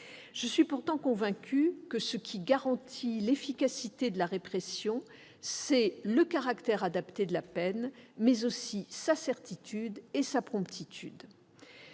Je suis pourtant convaincue que, ce qui garantit l'efficacité de la répression, c'est le caractère adapté de la peine, mais aussi sa certitude et sa promptitude.